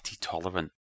tolerant